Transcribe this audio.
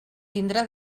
tindrà